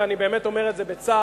ואני באמת אומר את זה בצער,